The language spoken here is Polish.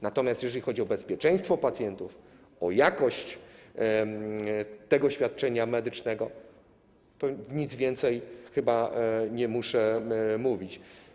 Natomiast jeżeli chodzi o bezpieczeństwo pacjentów, o jakość tego świadczenia medycznego, to nic więcej chyba nie muszę mówić.